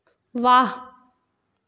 वाह